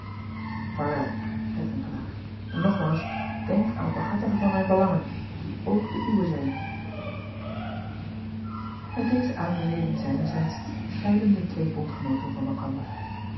aarwel zeî renkelaer en nogmaals denk aan t behartigen van mijn belangen die ook de uwe zijn et deze aanbeveling zijnerzijds scheidden de twee bondgenooten van elkander